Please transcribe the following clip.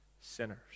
Sinners